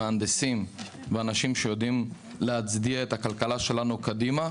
מהנדסים ואנשים שיודעים להצעיד את הכלכלה שלנו קדימה,